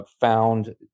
found